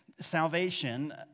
salvation